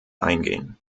eingehen